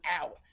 out